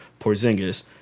Porzingis